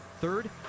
Third